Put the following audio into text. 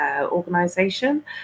organization